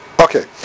Okay